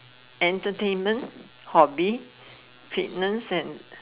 entertainment hobby fitness and